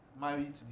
married